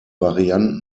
varianten